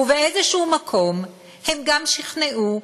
ובאיזשהו מקום הם גם שכנעו.